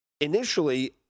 Initially